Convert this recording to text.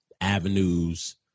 avenues